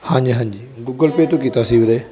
ਹਾਂਜੀ ਹਾਂਜੀ Google Pay ਤੋਂ ਕੀਤਾ ਸੀ ਵੀਰੇ